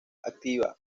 activa